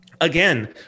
again